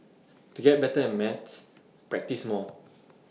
to get better at maths practise more